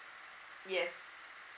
yes